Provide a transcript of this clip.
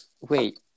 wait